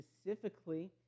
specifically